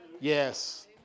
yes